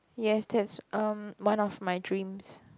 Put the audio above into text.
yes that's um one of my dreams